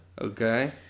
okay